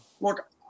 Look